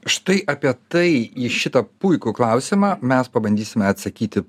štai apie tai į šitą puikų klausimą mes pabandysime atsakyti